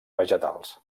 vegetals